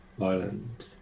island